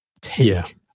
take